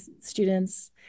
students